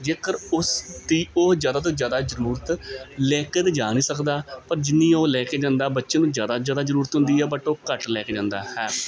ਜੇਕਰ ਉਸ ਦੀ ਉਹ ਜ਼ਿਆਦਾ ਤੋਂ ਜ਼ਿਆਦਾ ਜ਼ਰੂਰਤ ਲੈ ਕਰ ਜਾ ਨਹੀਂ ਸਕਦਾ ਪਰ ਜਿੰਨੀ ਉਹ ਲੈ ਕੇ ਜਾਂਦਾ ਬੱਚੇ ਨੂੰ ਜ਼ਿਆਦਾ ਜ਼ਿਆਦਾ ਜ਼ਰੂਰਤ ਹੁੰਦੀ ਆ ਬਟ ਉਹ ਘੱਟ ਲੈ ਕੇ ਜਾਂਦਾ ਹੈ